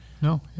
No